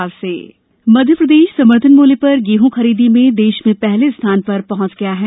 गेहूं खरीदी मध्यप्रदेश समर्थन मूल्य पर गेहूं खरीदी में देश में पहले स्थान पर पहुंच गया है